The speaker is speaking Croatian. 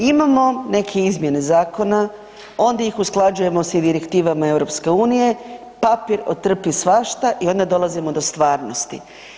Imamo neke izmjene zakona, onda ih usklađujemo sa direktivama EU, papir otrpi svašta i onda dolazimo do stvarnosti.